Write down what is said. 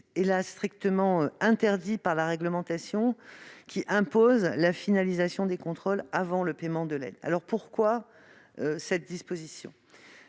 ! strictement interdit par la réglementation, qui impose la finalisation des contrôles avant le paiement de l'aide. Cette disposition